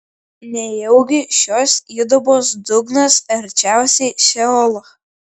nejaugi šios įdubos dugnas arčiausiai šeolo